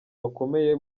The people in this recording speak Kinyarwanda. bakomeye